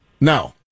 No